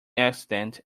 accident